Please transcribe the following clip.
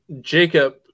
Jacob